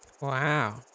Wow